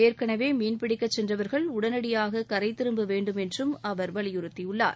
ஏற்கனவே மீன்பிடிக்கச் சென்றவர்கள் உடனடியாக கரை திரும்ப வேண்டும் என்றும் அவர் வலியுறுத்தியுள்ளார்